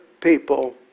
people